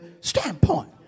standpoint